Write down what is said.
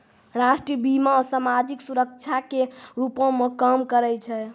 राष्ट्रीय बीमा, समाजिक सुरक्षा के रूपो मे काम करै छै